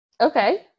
Okay